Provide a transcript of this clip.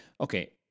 okay